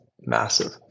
massive